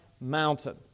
mountain